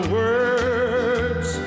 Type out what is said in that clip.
words